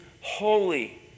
holy